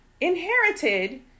inherited